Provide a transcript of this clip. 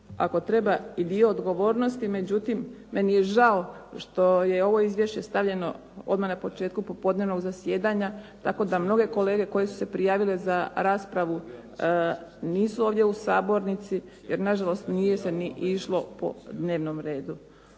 ako treba i dio odgovornosti, međutim meni je žao što je ovo izvješće stavljeno odmah na početku popodnevnog zasjedanja tako da mnoge kolege koje su se prijavile za raspravu nisu ovdje u sabornici jer nažalost nije se ni išlo po dnevnom redu.